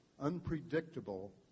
unpredictable